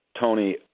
Tony